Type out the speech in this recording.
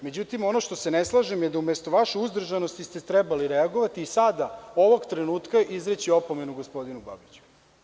Međutim, ono što se ne slažem je da umesto vaše uzdržanosti ste trebali reagovati i sada ovog trenutka izreći opomenu gospodinu Babiću.